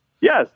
Yes